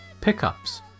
pickups